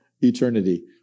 eternity